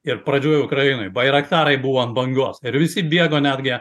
ir pradžioj ukrainoj bairaktarai buvo ant bangos ir visi bėgo netgi